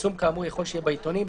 פרסום כאמור יכול שיהיה בעיתונים,